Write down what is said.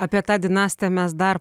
apie tą dinastiją mes dar